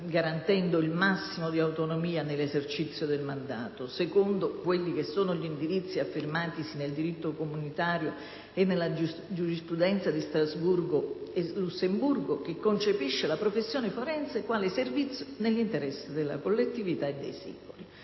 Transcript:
garantendo il massimo di autonomia nell'esercizio del mandato, secondo gli indirizzi affermatisi nel diritto comunitario e nella giurisprudenza di Strasburgo e Lussemburgo che concepisce la professione forense quale servizio nell'interesse della collettività e dei singoli.